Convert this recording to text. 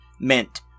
meant